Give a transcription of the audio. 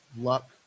luck